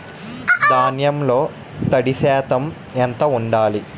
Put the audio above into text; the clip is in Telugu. ధాన్యంలో తడి శాతం ఎంత ఉండాలి?